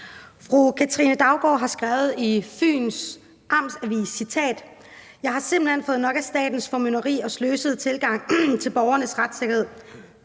Fru Katrine Daugaard har skrevet i Fyns Amts Avis: »Jeg har simpelthen fået nok af statens formynderi og sløsede tilgang til borgernes retssikkerhed.«